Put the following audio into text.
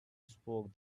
spoke